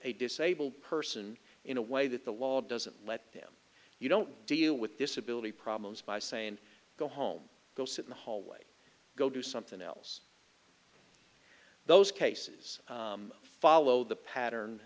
a disabled person in a way that the law doesn't let them you don't deal with disability problems by saying go home go sit in the hallway go do something else those cases follow the pattern